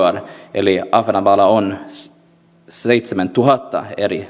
eli ahvenanmaalla on seitsemäntuhatta eri